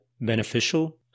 beneficial